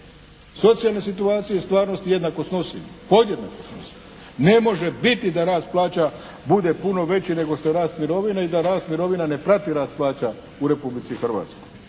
socijalne situacije i stvarnosti jednako snosimo, podjednako snosimo. Ne može biti da rast plaća bude puno veći nego što je rast mirovina i da rast mirovina ne prati rast plaća u Republici Hrvatskoj.